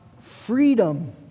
freedom